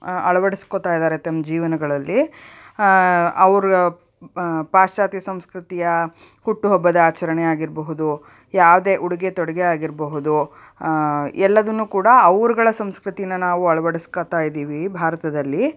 ಅಳವಡಿಸ್ಕೊಳ್ತಾ ಇದ್ದಾರೆ ತಮ್ಮ ಜೀವನಗಳಲ್ಲಿ ಅವ್ರು ಪಾಶ್ಚಾತ್ಯ ಸಂಸ್ಕೃತಿಯ ಹುಟ್ಟುಹಬ್ಬದ ಆಚರಣೆಯಾಗಿರಬಹುದು ಯಾವುದೇ ಉಡುಗೆ ತೊಡುಗೆ ಆಗಿರಬಹುದು ಎಲ್ಲದನ್ನು ಕೂಡ ಅವ್ರುಗಳ ಸಂಸ್ಕೃತಿನ ನಾವು ಅಳವಡಿಸ್ಕೊಳ್ತ ಇದ್ದೀವಿ ಭಾರತದಲ್ಲಿ